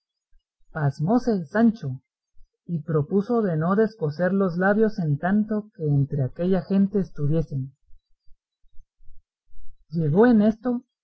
pasmóse sancho y propuso de no descoser los labios en tanto que entre aquella gente estuviese llegó en esto